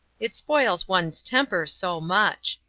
it spoils one's temper so much.